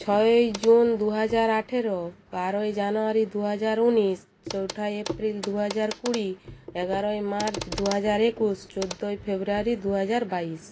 ছয়ই জুন দু হাজার আঠেরো বারোই জানুয়ারি দু হাজার উনিশ চৌঠা এপ্রিল দু হাজার কুড়ি এগারোই মার্চ দু হাজার একুশ চোদ্দোই ফেব্রুয়ারি দু হাজার বাইশ